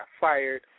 fired